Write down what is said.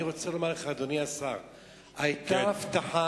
אני רוצה לומר לך, אדוני השר, היתה הבטחה